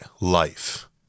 life